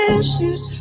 issues